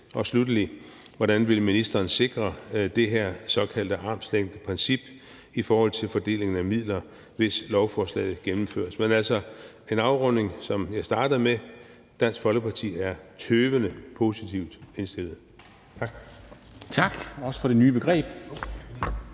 Og sluttelig: Hvordan vil ministeren sikre det her såkaldte armslængdeprincip i forhold til fordelingen af midler, hvis lovforslaget gennemføres? Men altså, jeg vil afrunde, ligesom jeg startede: Dansk Folkeparti er tøvende positivt indstillet. Tak. Kl. 13:34 Formanden (Henrik